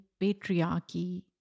patriarchy